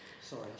Sorry